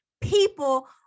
people